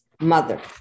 mother